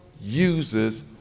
uses